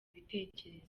ibitekerezo